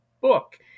book